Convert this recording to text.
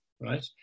right